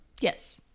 Yes